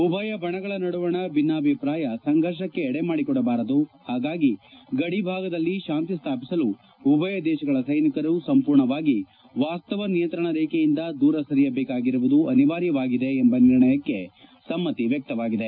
ಉಭಯ ಬಣಗಳ ನಡುವಣ ಭಿನ್ನಾಭಿಪ್ರಾಯ ಸಂಫರ್ಷಕ್ಕೆ ಎಡೆಮಾಡಿಕೊಡಬಾರದು ಹಾಗಾಗಿ ಗಡಿ ಭಾಗದಲ್ಲಿ ಶಾಂತಿ ಸ್ಥಾಪಿಸಲು ಉಭಯ ದೇಶಗಳ ಸ್ನೆನಿಕರು ಸಂಪೂರ್ಣವಾಗಿ ವಾಸ್ತವ ನಿಯಂತ್ರಣ ರೇಖೆಯಿಂದ ದೂರ ಸರಿಯಬೇಕಾಗಿರುವುದು ಅನಿವಾರ್ಯವಾಗಿದೆ ಎಂಬ ನಿರ್ಣಯಕ್ಕೆ ಸಮ್ನತಿ ವ್ಚಕ್ತವಾಗಿದೆ